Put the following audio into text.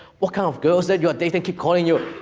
what kind of girls that you're dating keep calling you?